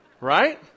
right